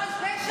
זה פשע?